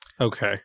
Okay